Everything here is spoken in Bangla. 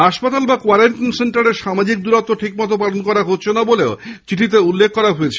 হাসপাতাল বা কোয়ারান্টাইন সেন্টারে সামাজিক দূরত্ব ঠিকমতো পালন করা হচ্ছে না বলে চিঠিতে উল্লেখ রয়েছে